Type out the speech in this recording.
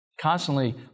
constantly